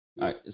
right